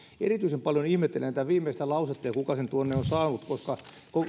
erityisen paljon ihmettelen tätä viimeistä lausetta ja sitä kuka sen tuonne on saanut koska